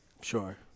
Sure